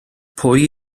pwy